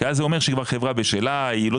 כי אז זה אומר שהיא כבר חברה בשלה היא לא